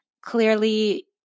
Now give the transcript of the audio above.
clearly